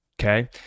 Okay